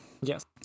Yes